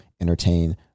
entertain